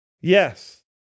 yes